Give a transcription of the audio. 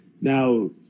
Now